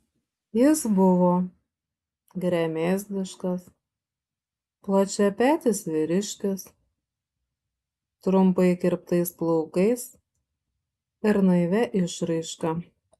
jis buvo gremėzdiškas plačiapetis vyriškis trumpai kirptais plaukais ir naivia išraiška